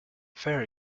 fair